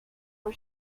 for